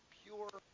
pure